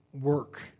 work